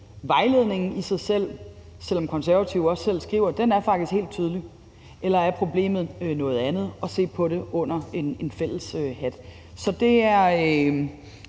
er vejledningen i sig selv, selv om De Konservative selv skriver, at vejledningen faktisk er helt tydelig, eller er problemet noget andet, og se på det under en fælles hat. Så det er